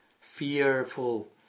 fearful